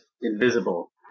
invisible